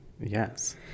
Yes